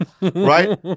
right